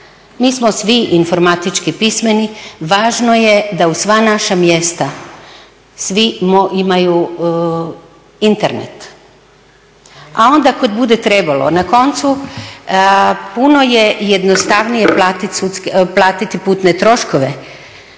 Mi smo svi informatički pismeni, važno je da u sva naša mjesta svi imaju Internet. A onda kad bude trebalo, na koncu puno je jednostavnije platiti putne troškove